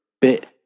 bit